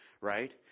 right